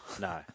No